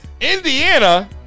Indiana